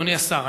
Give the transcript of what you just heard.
אדוני השר,